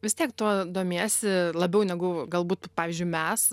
vis tiek tuo domiesi labiau negu galbūt pavyzdžiui mes